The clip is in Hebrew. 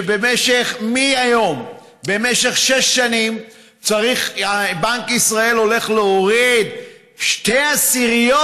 מהיום במשך שש שנים בנק ישראל הולך להוריד שתי עשיריות.